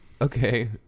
Okay